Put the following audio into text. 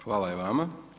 Hvala i vama.